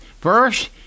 First